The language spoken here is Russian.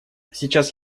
сейчас